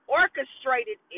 orchestrated